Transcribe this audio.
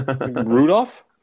Rudolph